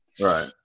Right